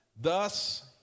Thus